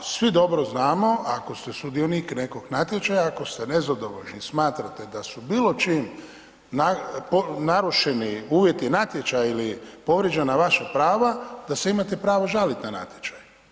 A svi dobro znamo ako ste sudionik nekog natječaja, ako ste nezadovoljni i smatrate da su bilo čim narušeni uvjeti natječaja ili povrijeđena vaša prava da se imate pravo žaliti na natječaj.